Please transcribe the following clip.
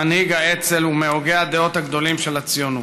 מנהיג האצ"ל ומהוגי הדעות הגדולים של הציונות.